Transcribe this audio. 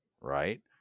right